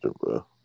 bro